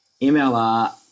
mlr